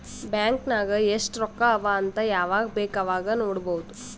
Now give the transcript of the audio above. bank ನಾಗ್ ಎಸ್ಟ್ ರೊಕ್ಕಾ ಅವಾ ಅಂತ್ ಯವಾಗ ಬೇಕ್ ಅವಾಗ ನೋಡಬೋದ್